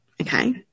okay